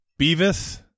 Beavis